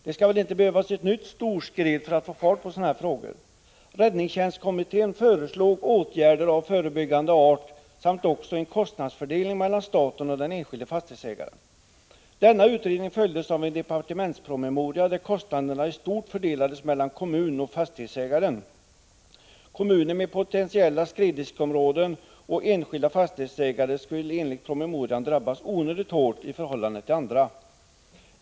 Det skall väl inte behövas ett nytt storskred för att få fart på sådana här frågor. Räddningstjänstkommittén föreslog åtgärder av förebyggande art och också en kostnadsfördelning mellan staten och den enskilde fastighetsägaren. Denna utredning följdes av en departementspromemoria, där kostnaderna ii stort fördelades mellan kommunen och fastighetsägaren. Kommuner med potentiella skredriskområden och enskilda fastighetsägare skulle enligt promemorian drabbas onödigt hårt i förhållande till andra.